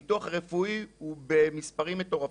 הביטוח הרפואי הוא במספרים מטורפים,